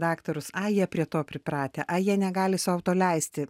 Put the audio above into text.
daktarus ai jie prie to pripratę ai jie negali sau to leisti